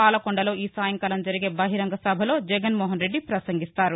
పాలకొండలో ఈ సాయంకాలం జరిగే బహిరంగ సభలో జగన్మోహన్రెడ్డి ప్రపసంగిస్తారు